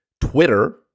Twitter